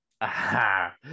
Aha